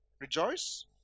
Rejoice